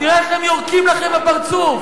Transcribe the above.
תראה איך הם יורקים לכם בפרצוף,